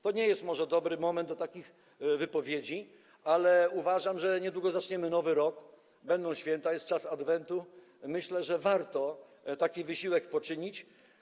To nie jest może dobry moment na takie wypowiedzi, ale niedługo zaczniemy nowy rok, będą święta, jest czas adwentu, więc myślę, że warto taki wysiłek poczynić.